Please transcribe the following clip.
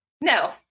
no